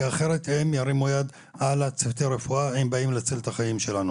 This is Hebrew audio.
כי אחרת הם ירימו יד על צוותי רפואה שבאים להציל את החיים שלנו.